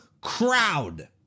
crowd